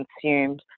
consumed